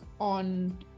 on